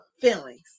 feelings